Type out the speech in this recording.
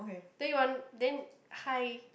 then you want then hi